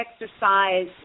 exercise